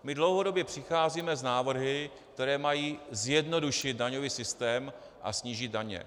My dlouhodobě přicházíme s návrhy, které mají zjednodušit daňový systém a snížit daně.